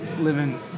Living